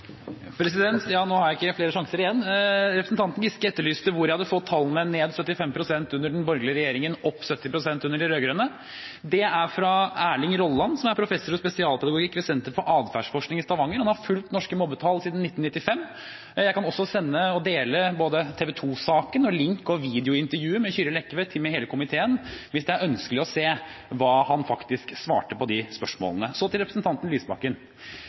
Nå har jeg ikke flere sjanser igjen. Representanten Giske etterlyste hvor jeg hadde fått tallene 75 pst. ned under den borgerlige regjeringen og 70 pst. opp under de rød-grønne. Det er fra Erling Rolland, som er professor i spesialpedagogikk ved Nasjonalt senter for læringsmiljø og atferdsforskning i Stavanger. Han har fulgt norske mobbetall siden 1995. Jeg kan også sende og dele både TV 2-saken og lenke og videointervjuet med Kyrre Lekve til hele komiteen, hvis det er ønskelig å se hva han faktisk svarte på de spørsmålene. Så til representanten Lysbakken: